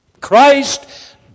Christ